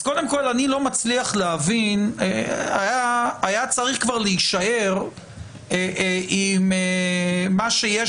אז אני לא מצליח להבין היה צריך כבר להישאר עם מה שיש